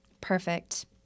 Perfect